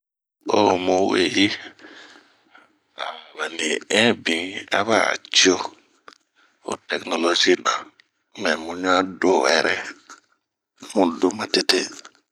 Oh mu weyi a nii ɛnh bin aba' cio 'ho tɛkinolozi na.mɛɛ mu ɲa do wɛrɛ, mudo matete.